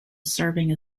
serving